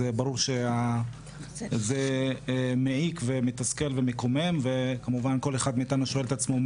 ברור שזה מעיק ומתסכל ומקומם וכמובן שכל אחד מאיתנו שואל את עצמו,